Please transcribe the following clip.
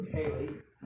Kaylee